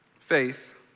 Faith